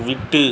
விட்டு